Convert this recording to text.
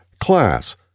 class